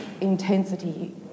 intensity